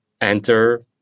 enter